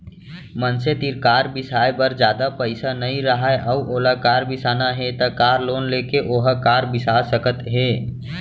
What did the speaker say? मनसे तीर कार बिसाए बर जादा पइसा नइ राहय अउ ओला कार बिसाना हे त कार लोन लेके ओहा कार बिसा सकत हे